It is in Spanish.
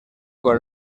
con